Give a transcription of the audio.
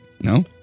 No